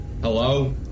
Hello